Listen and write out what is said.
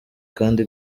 kandi